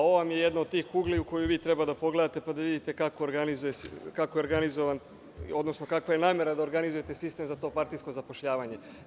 Ovo vam je jedna od tih kugli u koju vi treba da pogledate, pa da vidite kako je organizovana, odnosno kakva je namera da organizujete sistem za partijsko zapošljavanje.